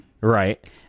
Right